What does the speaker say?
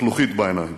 לחלוחית בעיניים.